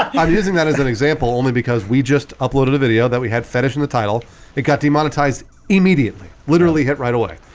i'm using that as an example only because we just uploaded a video that we had fetish in the title it got d monetized immediately literally hit right away,